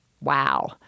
wow